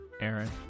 Aaron